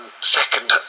second